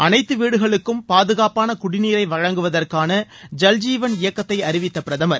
அனைத்து வீடுகளுக்கும் பாதுகாப்பான குடிநீரர வழங்குவதற்கான ஜல் ஜீவன் இயக்கத்தை அறிவித்த பிரதமர்